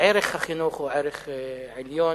ערך החינוך הוא ערך עליון,